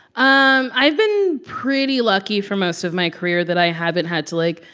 um i've been pretty lucky for most of my career that i haven't had to, like,